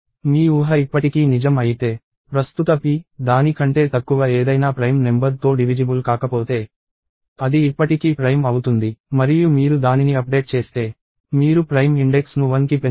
మీ ఊహ ఇప్పటికీ నిజం అయితే ప్రస్తుత p దాని కంటే తక్కువ ఏదైనా ప్రైమ్ నెంబర్ తో డివిజిబుల్ కాకపోతే అది ఇప్పటికీ ప్రైమ్ అవుతుంది మరియు మీరు దానిని అప్డేట్ చేస్తే మీరు ప్రైమ్ ఇండెక్స్ను 1కి పెంచుతారు